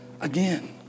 again